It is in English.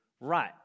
right